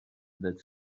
that